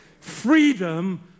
freedom